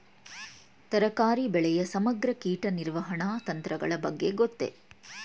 ತರಕಾರಿ ಬೆಳೆಯ ಸಮಗ್ರ ಕೀಟ ನಿರ್ವಹಣಾ ತಂತ್ರಗಳ ಬಗ್ಗೆ ಗೊತ್ತೇ?